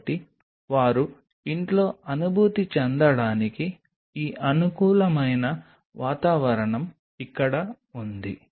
కాబట్టి వారు ఇంట్లో అనుభూతి చెందడానికి ఈ అనుకూలమైన వాతావరణం ఇక్కడ ఉంది